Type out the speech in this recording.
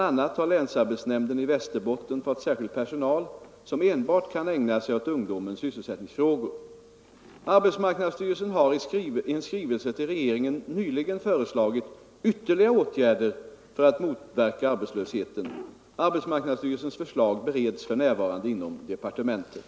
a. har länsarbetsnämnden i Västerbotten fått särskild personal som enbart kan ägna sig åt ungdomens sysselsättningsfrågor. Arbetsmarknadsstyrelsen har i en skrivelse till regeringen nyligen föreslagit ytterligare åtgärder för att motverka arbetslösheten. Arbetsmarknadsstyrelsens förslag bereds för närvarande inom departementet.